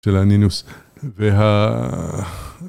של הנילוס וה...